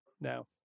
now